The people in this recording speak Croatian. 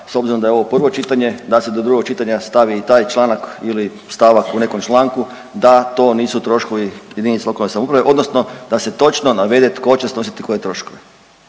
s obzirom da je ovo prvo pitanje da se do drugog čitanja stavi i taj članak ili stavak u nekom članku da to nisu troškovi jedinice lokalne samouprave, odnosno da se točno navede tko će snositi koje troškove.